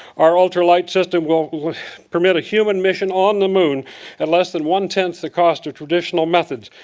our ultralight system will permit a human mission on the moon at less than one ten the cost of traditional methods.